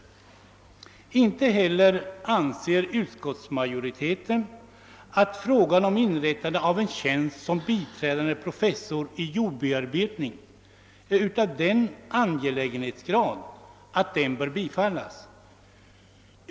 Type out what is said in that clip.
Inte heller anser utskottsmajoriteten att frågan om inrättande av en tjänst som biträdande professor i jordbearbetning är av den angelägenhetsgrad att den bör bifallas.